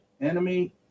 enemy